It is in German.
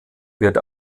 wird